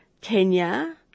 Kenya